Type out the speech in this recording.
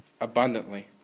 abundantly